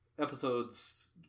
episodes